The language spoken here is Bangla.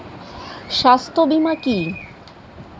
স্বাস্থ্য বীমা কি?